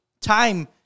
time